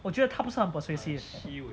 我觉得他不是很 persuasive